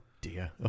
dear